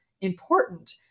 important